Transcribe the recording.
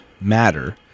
matter